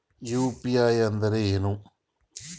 UPI ಅಂದ್ರೆ ಏನು?